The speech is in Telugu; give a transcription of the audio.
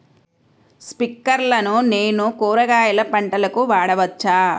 స్ప్రింక్లర్లను నేను కూరగాయల పంటలకు వాడవచ్చా?